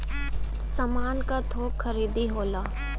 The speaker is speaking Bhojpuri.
सामान क थोक खरीदी होला